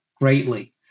greatly